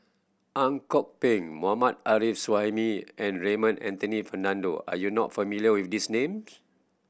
Ang Kok Peng Mohammad Arif Suhaimi and Raymond Anthony Fernando are you not familiar with these names